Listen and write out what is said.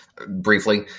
Briefly